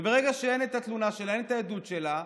ברגע שאין את התלונה שלה, אין את העדות שלה,